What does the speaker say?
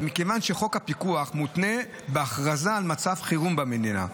מכיוון שחוק הפיקוח מותנה בהכרזה על מצב חירום במדינה,